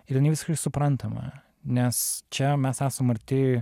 ir jinai visiškai suprantama nes čia mes esam arti